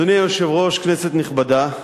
אדוני היושב-ראש, כנסת נכבדה,